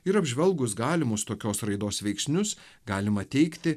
ir apžvelgus galimus tokios raidos veiksnius galima teigti